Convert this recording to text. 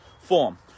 form